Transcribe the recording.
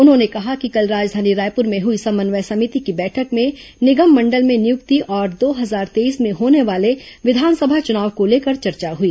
उन्होंने कहा कि कल राजधानी रायपुर में हुई समन्वय समिति की बैठक में निगम मंडल में नियुक्ति और दो हजार तेईस में होने वाले विधानसभा चुनाव को लेकर चर्चा हुई